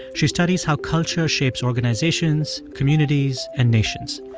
she studies how culture shapes organizations, communities and nations.